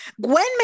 Gwen